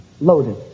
Loaded